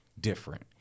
different